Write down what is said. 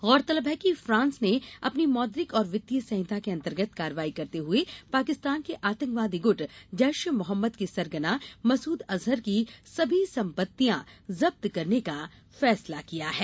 गौरतलब है कि फ्रांस ने अपनी मौद्रिक और वित्तीय संहिता के अंतर्गत कार्रवाई करते हुए पाकिस्तान के आतंकवादी गुट जैश ए मोहम्मद के सरगना मसूद अजहर की सभी संपत्तियां जब्त करने का फैसला किया है